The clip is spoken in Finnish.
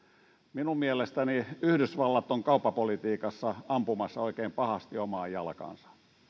minun mielestäni yhdysvallat on kauppapolitiikassa ampumassa oikein pahasti omaan jalkaansa